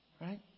Right